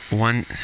One